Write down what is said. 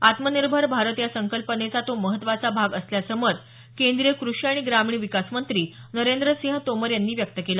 आत्मनिर्भर भारत या संकल्पनेचा तो महत्वाचा भाग असल्याचं मत केंद्रीय कृषी आणि ग्रामीण विकास मंत्री नरेंद्रसिंह तोमर यांनी केलं